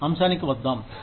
ఈరోజు అంశానికి వద్దాం